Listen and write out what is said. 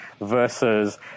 versus